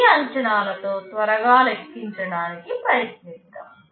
ఈ అంచనాల తో త్వరగా లెక్కించడానికి ప్రయత్నిద్దాం